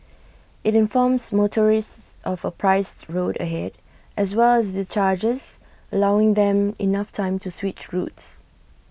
IT informs motorists of A priced road ahead as well as the charges allowing them enough time to switch routes